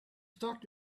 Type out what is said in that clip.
start